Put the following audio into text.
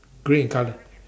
grey in colour